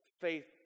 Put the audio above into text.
faith